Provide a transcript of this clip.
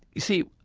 you see,